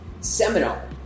seminar